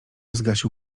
zgasił